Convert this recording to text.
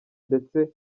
ndetse